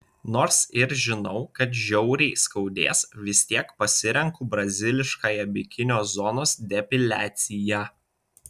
nors ir žinau kad žiauriai skaudės vis tiek pasirenku braziliškąją bikinio zonos depiliaciją